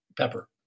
Pepper